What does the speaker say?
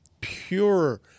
pure